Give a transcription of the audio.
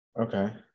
Okay